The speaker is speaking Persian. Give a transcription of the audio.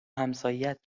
همسایهات